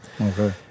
Okay